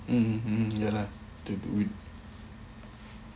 mmhmm mmhmm yalah to do it